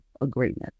agreement